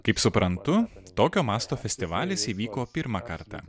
kaip suprantu tokio masto festivalis įvyko pirmą kartą